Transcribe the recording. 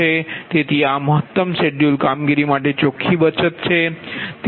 તેથી આ મહત્તમ શેડ્યૂલ કામગીરી માટે ચોખ્ખી બચત છે